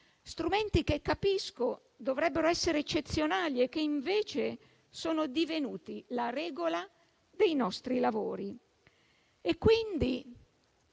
Strumenti che capisco dovrebbero essere eccezionali e che invece sono divenuti la regola dei nostri lavori. Quindi